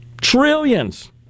Trillions